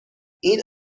این